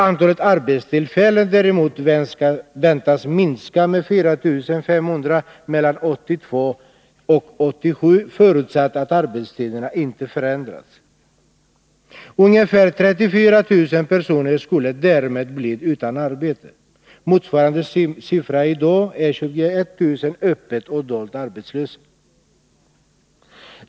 Antalet arbetstillfällen däremot väntas minska med 4 500 mellan 1982 och 1987, förutsatt att arbetstiderna inte förändras. Ungefär 34 000 personer skulle därmed bli utan arbete. Motsvarande antal är i dag 21 000 öppet och dolt arbetslösa.